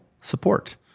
support